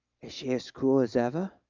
is she as cruel as ever?